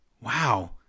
wow